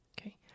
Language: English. Okay